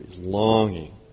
longing